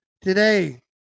today